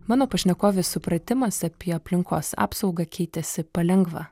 mano pašnekovės supratimas apie aplinkos apsaugą keitėsi palengva